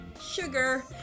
sugar